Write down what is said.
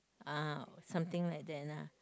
uh something like that lah